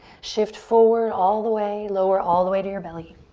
shift forward all the way. lower all the way to your belly.